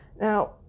Now